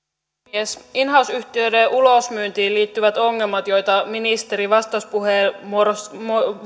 puhemies in house yhtiöiden ulosmyyntiin liittyvät ongelmat joita ministeri vastauspuheenvuorossaan